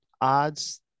odds